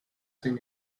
seen